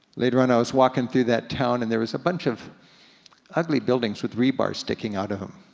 later on i was walking through that town and there was a bunch of ugly buildings with rebar sticking out of em.